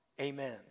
Amen